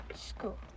School